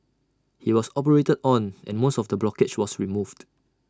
he was operated on and most of the blockage was removed